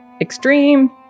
extreme